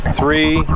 three